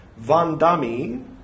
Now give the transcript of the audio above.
Vandami